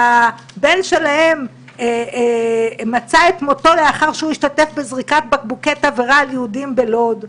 שהבן שלהם מצא את מותו לאחר שהשתתף בזריקת בקבוקי תבערה על יהודים בלוד.